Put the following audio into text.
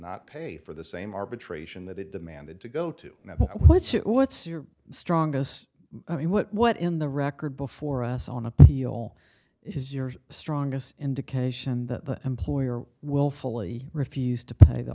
not pay for the same arbitration that it demanded to go to what you what's your strongest i mean what what in the record before us on appeal is your strongest indication the employer willfully refused to p